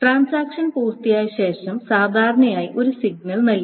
transaction പൂർത്തിയായ ശേഷം സാധാരണയായി ഒരു സിഗ്നൽ നൽകി